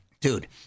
Dude